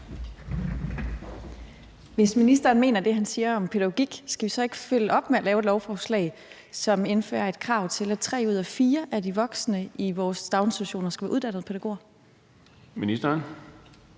Hvis ministeren mener det, han siger om pædagogik, skal vi så ikke følge op med at lave et lovforslag, som indfører et krav om, at tre ud af fire af de voksne i vores daginstitutioner skal være uddannede pædagoger?